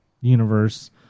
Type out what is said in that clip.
universe